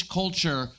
culture